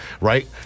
Right